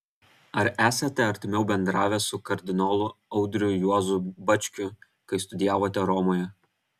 ar esate artimiau bendravęs su kardinolu audriu juozu bačkiu kai studijavote romoje